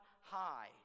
high